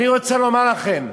אני רוצה לומר לכם,